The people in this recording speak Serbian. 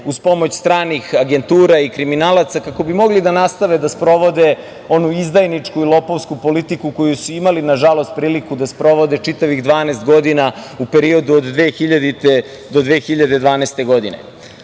uz pomoć stranih agentura i kriminalaca kako bi mogli da nastave da sprovode onu izdajničku i lopovsku politiku koju su imalipriliku da sprovode čitavih 12 godina, u periodu od 2000. do 2012. godine. Znaju